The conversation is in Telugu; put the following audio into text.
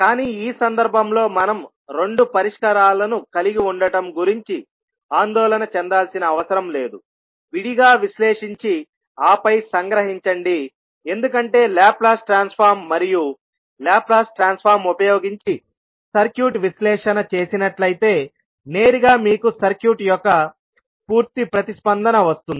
కానీ ఈ సందర్భంలోమనం రెండు పరిష్కారాలను కలిగి ఉండటం గురించి ఆందోళన చెందాల్సిన అవసరం లేదువిడిగా విశ్లేషించి ఆపై సంగ్రహించండి ఎందుకంటే లాప్లాస్ ట్రాన్స్ఫార్మ్ మరియు లాప్లాస్ ట్రాన్స్ఫార్మ్ ఉపయోగించి సర్క్యూట్ విశ్లేషణ చేసినట్లయితే నేరుగా మీకు సర్క్యూట్ యొక్క పూర్తి ప్రతిస్పందన వస్తుంది